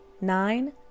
nine